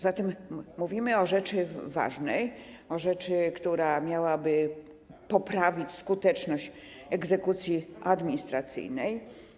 Zatem mówimy o rzeczy ważnej, o rzeczy, która miałaby poprawić skuteczność egzekucji administracyjnej.